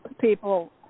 people